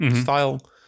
style